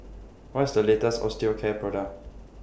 What IS The latest Osteocare Product